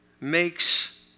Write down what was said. makes